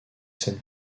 scènes